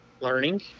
learning